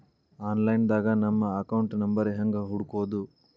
Online ದಾಗ ನಮ್ಮ account number ಹೆಂಗ್ ಹುಡ್ಕೊದು?